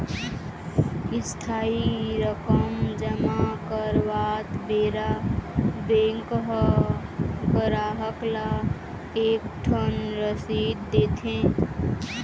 इस्थाई रकम जमा करवात बेरा बेंक ह गराहक ल एक ठन रसीद देथे